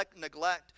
neglect